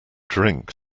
drink